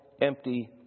empty